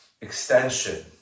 extension